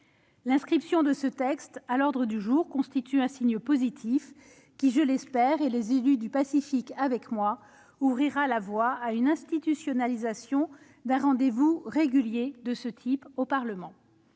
L'inscription de ce texte à l'ordre du jour constitue un signe positif, qui, je l'espère- et les élus du Pacifique l'espèrent également -, ouvrira la voie à l'institutionnalisation d'un rendez-vous régulier de ce type au Parlement.